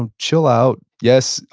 um chill out. yes.